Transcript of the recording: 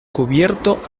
cubierto